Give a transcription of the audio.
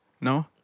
No